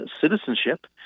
citizenship